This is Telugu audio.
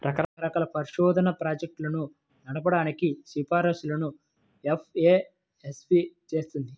రకరకాల పరిశోధనా ప్రాజెక్టులను నడపడానికి సిఫార్సులను ఎఫ్ఏఎస్బి చేత్తది